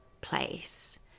place